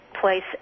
place